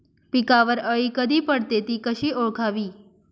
पिकावर अळी कधी पडते, ति कशी ओळखावी?